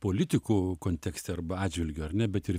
politikų kontekste arba atžvilgiu ar ne bet ir